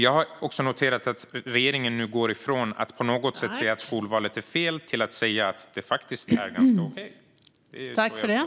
Jag har också noterat att regeringen nu går från att säga att skolvalet är fel till att det är ganska okej.